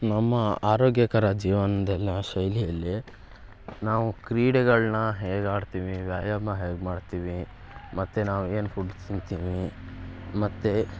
ನಮ್ಮ ಆರೋಗ್ಯಕರ ಜೀವನ್ದಲ್ಲಿನ ಶೈಲಿಯಲ್ಲಿ ನಾವು ಕ್ರೀಡೆಗಳನ್ನ ಹೇಗೆ ಆಡ್ತೀವಿ ವ್ಯಾಯಾಮ ಹೇಗೆ ಮಾಡ್ತೀವಿ ಮತ್ತು ನಾವು ಏನು ಫುಡ್ಸ್ ತಿಂತೀವಿ ಮತ್ತು